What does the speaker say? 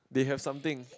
they have something